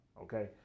okay